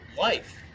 life